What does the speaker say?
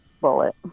bullet